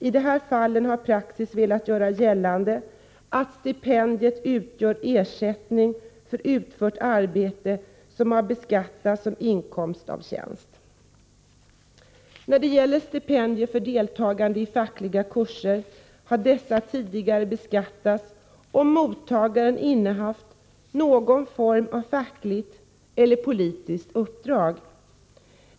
I de fallen har praxis velat göra gällande att stipendiet utgör ersättning för utfört arbete, och det har beskattats som inkomst av tjänst. När det gäller stipendier för deltagande i fackliga kurser har dessa tidigare beskattats om mottagaren innehaft någon form av fackligt eller politiskt uppdrag.